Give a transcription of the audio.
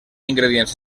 ingredients